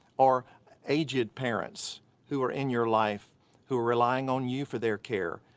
or aged parents who are in your life who are relying on you for their care,